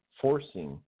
forcing